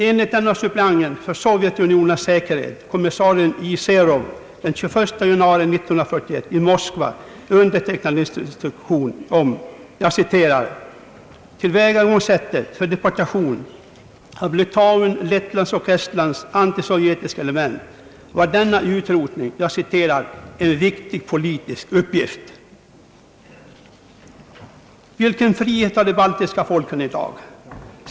Enligt en av suppleanten för Sovjetunionens säkerhet, kommissarie I. Serov, den 21 januari 1941 i Moskva undertecknad instruktion om »tillvägagångssättet för deportation av Litauens, Lettlands och Estlands antisovjetiska element» var denna utrotning en »viktig politisk uppgift». Vilken frihet har de baltiska folken i dag?